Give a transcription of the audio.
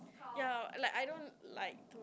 ya like I don't like